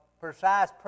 precise